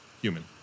Human